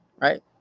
right